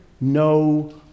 no